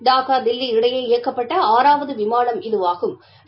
டாக்கா தில்வி இடையே இயக்கப்பட்ட ஆறாவது விமானம் ஆகும் இது